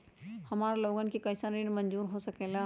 हमार लोगन के कइसन ऋण मंजूर हो सकेला?